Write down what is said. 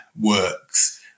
works